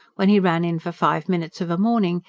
when he ran in for five minutes of a morning,